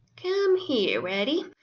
come here, reddy,